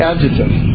Adjective